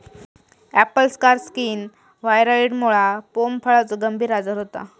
Apple scar skin व्हायरॉइडमुळा pome फळाचो गंभीर आजार होता